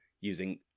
using